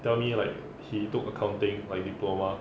tell me like he took accounting like diploma